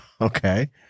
Okay